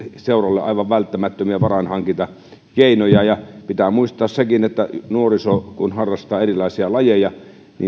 seuralle aivan välttämättömiä varainhankintakeinoja ja pitää muistaa sekin että nuoriso kun harrastaa erilaisia lajeja